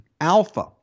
Alpha